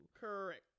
Correct